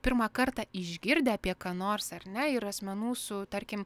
pirmą kartą išgirdę apie ką nors ar ne yra asmenų su tarkim